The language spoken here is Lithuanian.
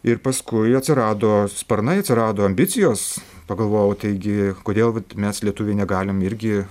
ir paskui atsirado sparnai atsirado ambicijos pagalvojau taigi kodėl mes lietuviai negalim irgi